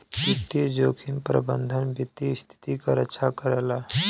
वित्तीय जोखिम प्रबंधन वित्तीय स्थिति क रक्षा करला